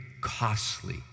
costly